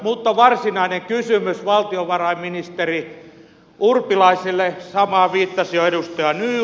mutta varsinainen kysymys valtiovarainministeri urpilaiselle samaan viittasi jo edustaja nylund